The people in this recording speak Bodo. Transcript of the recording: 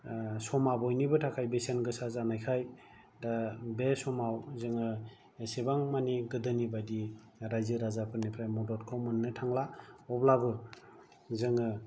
समा बयनिबो थाखाय बेसेन गोसा जानायखाय दा बे समाव जोङो एसेबां मानि गोदोनि बायदि रायजो राजाफोरनिफ्राय मददखौ मोननो थांला अब्लाबो जोङो